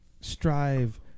Strive